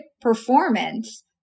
performance